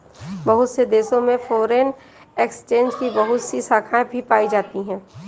बहुत से देशों में फ़ोरेन एक्सचेंज की बहुत सी शाखायें भी पाई जाती हैं